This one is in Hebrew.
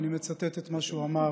אני מצטט את מה שהוא אמר,